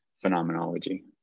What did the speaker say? phenomenology